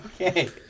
Okay